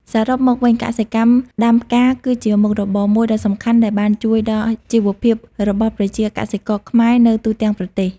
សរុបមកវិញកសិកម្មដាំផ្កាគឺជាមុខរបរមួយដ៏សំខាន់ដែលបានជួយដល់ជីវភាពរបស់ប្រជាកសិករខ្មែរនៅទូទាំងប្រទេស។